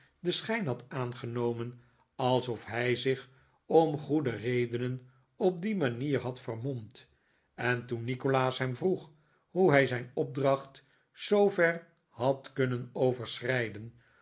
den schijn had aangenomen alsof hij zich om goede redenen op die manier had vermomd en toen nikolaas hem vroeg hoe hij zijn opdracht zoover had kunnen